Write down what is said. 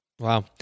Wow